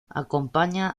acompaña